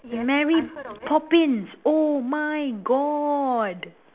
mary poppins oh my god